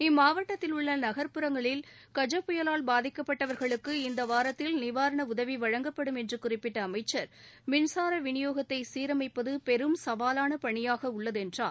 இம்மாவட்டத்தில் உள்ள நகர் புறங்களில் கஜ புயலால் பாதிக்கப்பட்டவர்களுக்கு இந்த வாரத்தில் நிவாரண உதவி வழங்கப்படும் என்று குறிப்பிட்ட அமைச்சா் மின்சார விநியோகத்தை சீரமைப்பது பெரும் சவாலான பணியாக உள்ளது என்றார்